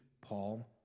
Paul